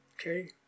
Okay